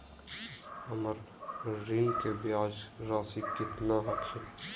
हमर ऋण के ब्याज रासी केतना हखिन?